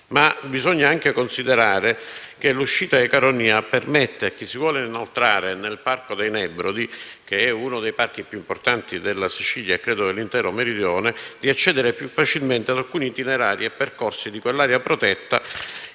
Bisogna anche considerare che l'uscita di Caronia permette a chi si vuole inoltrare nel Parco dei Nebrodi (uno dei parchi più importanti della Sicilia e credo del'intero Meridione) di accedere più facilmente ad alcuni itinerari e percorsi di quell'area protetta.